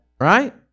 right